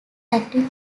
acting